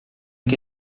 che